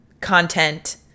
content